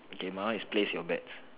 okay my one is place your bets